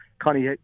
Connie